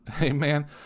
Amen